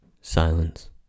Silence